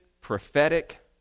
prophetic